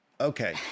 okay